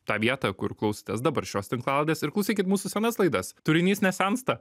tą vietą kur klausotės dabar šios tinklalaidės ir klausykit mūsų senas laidas turinys nesensta